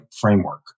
framework